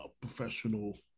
professional